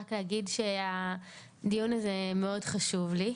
רק להגיד שהדיון הזה מאוד חשוב לי.